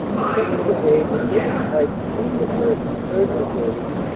the second. brigade would enter the fight between the first. and third. brigades,